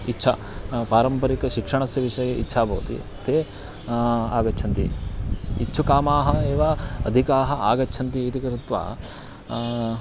इच्छा पारम्परिकशिक्षणस्य विषये इच्छा भवति ते आगच्छन्ति इच्छुकामाः एव अधिकाः आगच्छन्ति इति कृत्वा